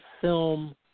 film